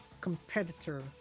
competitor